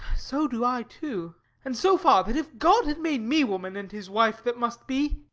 so do i too and so far, that if god had made me woman, and his wife that must be